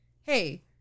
Hey